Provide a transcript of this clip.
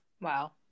Wow